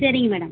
சரிங்க மேடம்